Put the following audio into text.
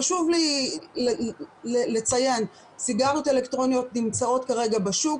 חשוב לי לציין: סיגריות אלקטרוניות נמצאות כרגע בשוק.